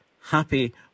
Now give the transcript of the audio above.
happy